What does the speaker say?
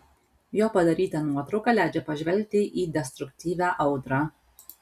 jo padaryta nuotrauka leidžia pažvelgti į destruktyvią audrą